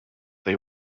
they